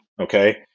Okay